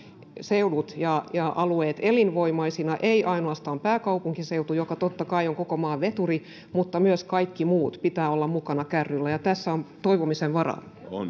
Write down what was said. seudut ja ja alueet elinvoimaisina ei ainoastaan pääkaupunkiseutua joka totta kai on koko maan veturi mutta myös kaikki muut pitää olla mukana kärryillä ja tässä on toivomisen varaa